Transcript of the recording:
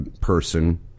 person